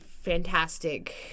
fantastic